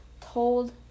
told